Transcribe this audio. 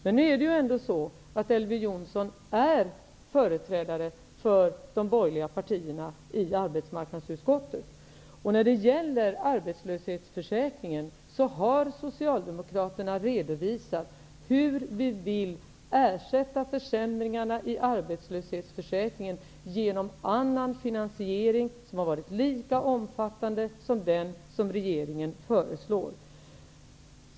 Men nu är det ändå så att Elver Jonsson är företrädare för de borgerliga partierna i arbetsmarknadsutskottet, och Socialdemokraterna har i utskottet redovisat hur vi vill ersätta försämringarna i arbetslöshetsförsäkringen med annan finansiering som har varit lika omfattande som den som regeringen föreslår.